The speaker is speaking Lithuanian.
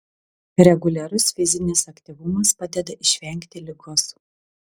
reguliarus fizinis aktyvumas padeda išvengti ligos